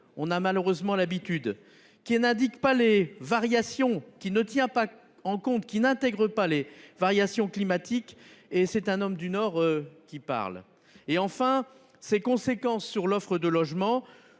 on a malheureusement l'habitude qui n'indique pas les variations qui ne tient pas en compte, qui n'intègre pas les variations climatiques et c'est un homme du Nord qui parle et enfin ses conséquences sur l'offre de logements.